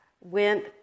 went